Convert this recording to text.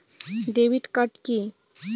Debit card key?